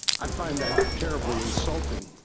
i find that terribly insulting.